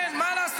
כן, מה לעשות.